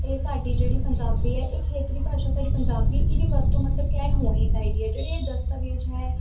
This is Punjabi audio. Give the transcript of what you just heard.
ਇਹ ਸਾਡੀ ਜਿਹੜੀ ਪੰਜਾਬੀ ਹੈ ਇਹ ਖੇਤਰੀ ਭਾਸ਼ਾ ਸਾਡੀ ਪੰਜਾਬੀ ਇਹਦੀ ਵਰਤੋਂ ਮਤਲਬ ਕਿਆ ਹੋਣੀ ਚਾਹੀਦੀ ਹੈ ਜਿਹੜੇ ਦਸਤਾਵੇਜ਼ ਹੈ